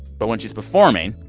but when she's performing.